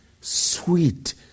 sweet